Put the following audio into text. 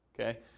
Okay